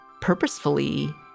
purposefully